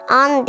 on